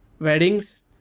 weddings